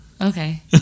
Okay